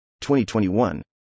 2021